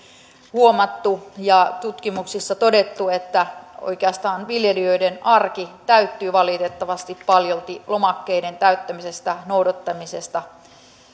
huomattu ja tutkimuksissa todettu että oikeastaan viljelijöiden arki täyttyy valitettavasti paljolti lomakkeiden täyttämisestä noudattamisesta